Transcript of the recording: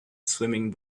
swimming